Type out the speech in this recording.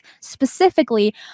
Specifically